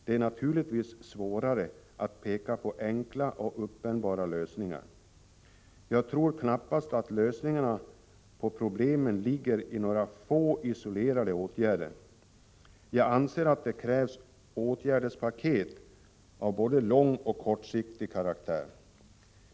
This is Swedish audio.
Det är naturligtvis svårare att peka på enkla och uppenbara lösningar. Jag tror knappast att lösningarna på problemen ligger i några få isolerade åtgärder. Jag anser att det krävs åtgärdspaket av både långoch kortsiktig karaktär.